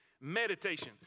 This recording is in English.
Meditation